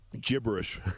Gibberish